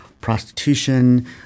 prostitution